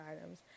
items